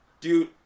dude